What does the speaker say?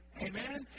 Amen